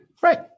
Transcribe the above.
right